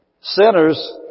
Sinners